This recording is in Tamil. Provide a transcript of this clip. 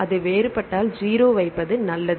அது வேறுபட்டால் 0 ஐ வைப்பது நல்லது